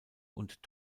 und